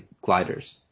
gliders